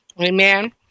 Amen